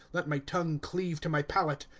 let my tongue cleave to my palate,